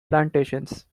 plantations